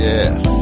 Yes